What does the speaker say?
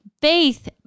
Faith